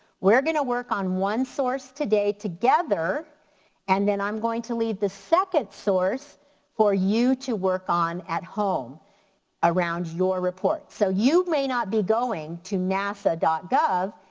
we're gonna work on one source today together and then i'm going to leave the second source for you to work on at home around your report. so you may not be going to nasa gov.